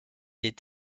est